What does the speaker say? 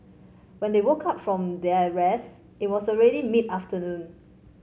when they woke up from their rest it was already mid afternoon